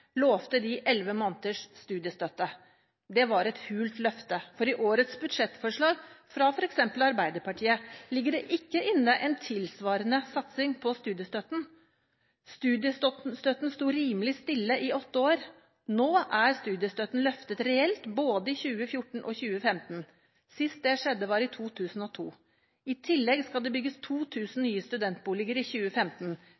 lovte de elleve måneders studiestøtte. Det var et hult løfte, for i årets budsjettforslag – fra f.eks. Arbeiderpartiet – ligger det ikke inne en tilsvarende satsing på studiestøtten. Studiestøtten sto rimelig stille i åtte år. Nå er studiestøtten løftet reelt, både i 2014 og i 2015. Sist det skjedde, var i 2002. I tillegg skal det bygges